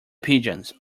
pigeons